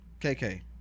KK